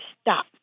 stop